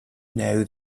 know